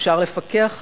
אפשר לפקח עליו,